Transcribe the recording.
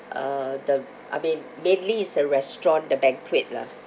uh the I mean mainly it's a restaurant the banquet lah